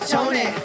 Tony